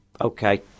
Okay